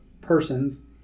persons